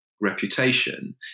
reputation